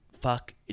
fuck